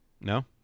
No